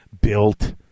built